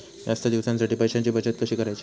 जास्त दिवसांसाठी पैशांची बचत कशी करायची?